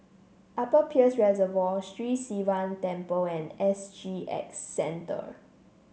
Upper Peirce Reservoir Sri Sivan Temple and S G X Centre